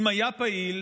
אם היה פעיל,